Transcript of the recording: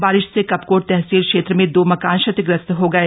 बारिश से कपकोट तहसील क्षेत्र में दो मकान क्षतिग्रस्त हो गए